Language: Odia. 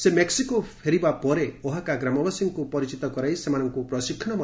ସେ ମେକ୍ସିକୋ ଫେରିବା ପରେ 'ଓହାକା'ଗ୍ରାମବାସୀଙ୍କୁ ପରିଚିତ କରାଇ ସେମାନଙ୍କୁ ପ୍ରଶିକ୍ଷଣ ଦେଇଥିଲେ